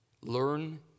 learn